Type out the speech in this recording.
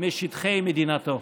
משטחי מדינתו.